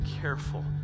careful